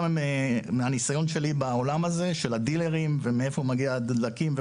מהניסיון שלי בעולם הזה של הדילרים ומאיפה שהדלקים מגיעים,